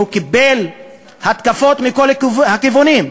והוא קיבל התקפות מכל הכיוונים,